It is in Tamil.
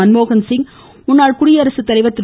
மன்மோகன்சிங் முன்னாள் குடியரசுத்தலைவர் திரு